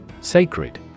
Sacred